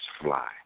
fly